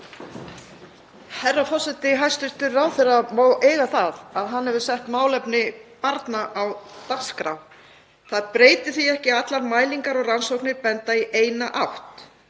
Herra forseti. Hæstv. ráðherra má eiga það að hann hefur sett málefni barna á dagskrá. Það breytir því ekki að allar mælingar og rannsóknir benda í eina átt: